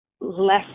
less